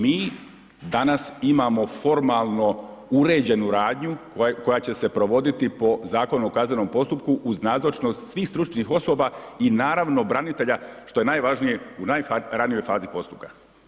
Mi danas imamo formalno uređenu radnju koja će se provoditi po ZKP-u uz nazočnost svih stručnih osoba i naravno branitelja, što je najvažnije u najranijoj fazi postupka.